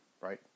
right